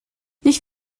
nicht